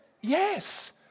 Yes